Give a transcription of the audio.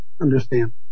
understand